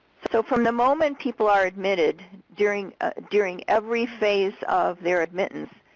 so from the moment people are admitted during ah during every phase of their admittance,